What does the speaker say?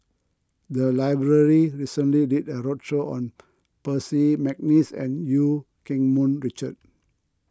the library recently did a roadshow on Percy McNeice and Eu Keng Mun Richard